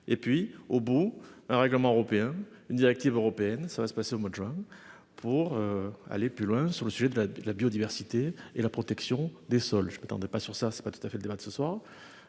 et puis au bout un règlement européen. Une directive européenne, ça va se passer au mois de juin pour. Aller plus loin sur le sujet de la la biodiversité et la protection des sols. Je m'attendais pas sur ça c'est pas tout à fait le débat de ce soir.